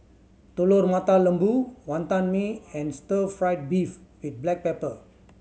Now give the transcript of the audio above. Telur Mata Lembu Wantan Mee and stir fried beef with black pepper